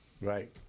right